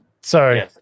Sorry